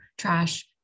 trash